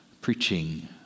preaching